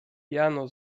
jano